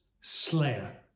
Slayer